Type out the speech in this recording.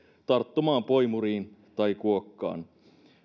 tarttumaan poimuriin tai kuokkaan